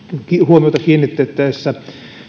huomiota kiinnitettäessä